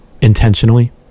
intentionally